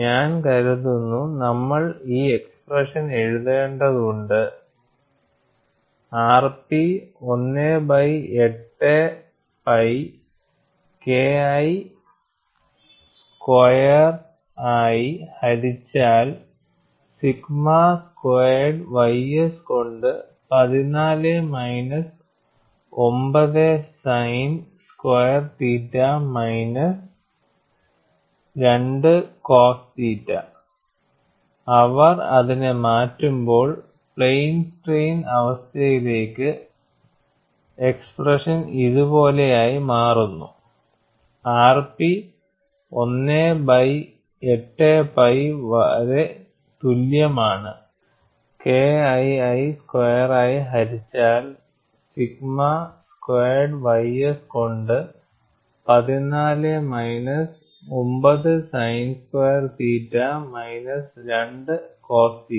ഞാൻ കരുതുന്നു നമ്മൾ ഈ എക്സ്പ്രെഷൻ എഴുതേണ്ടതുണ്ടെന്ന് rp 1 ബൈ 8 പൈ KII സ്ക്വയറായി ഹരിച്ചാൽ സിഗ്മ സ്ക്വയേർഡ് ys കൊണ്ട് 14 minus 9 sine square theta minus 2 cos തീറ്റ